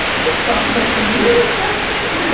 let's talk about some really fun things,